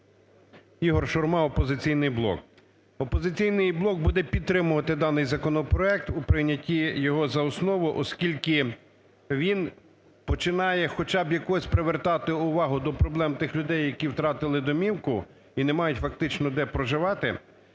Ігор Шурма, "Опозиційний блок". "Опозиційний блок" буде підтримувати даний законопроект у прийнятті його за основу, оскільки він починає хоча б якось привертати увагу до проблем тих людей, які втратили домівку і не мають фактично де проживати.